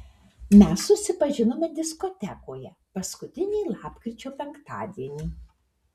mes susipažinome diskotekoje paskutinį lapkričio penktadienį